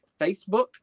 Facebook